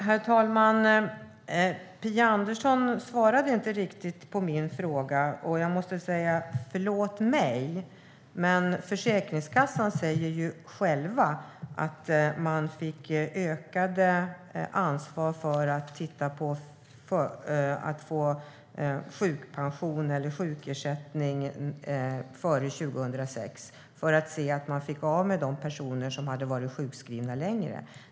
Herr talman! Phia Andersson svarade inte riktigt på min fråga. Och jag måste säga: Förlåt mig, men Försäkringskassan själv säger ju att man fick ökat ansvar för att titta på möjligheten att bevilja sjukpension eller sjukersättning före 2006 för att bli av med de personer som hade varit sjukskrivna länge.